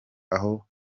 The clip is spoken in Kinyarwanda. aho